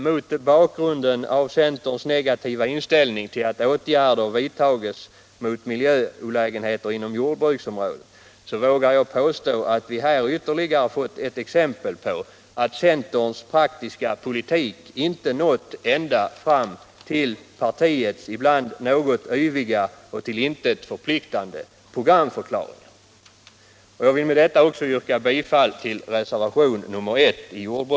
Mot bakgrunden av centerns negativa inställning till att åtgärder vidtages mot miljöolägenheter inom jordbruksområdet vågar jag påstå att vi här har fått ytterligare ett exempel på att centerns praktiska politik inte nått ända fram till partiets ibland något yviga och till intet förpliktande programförklaringar.